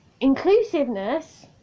inclusiveness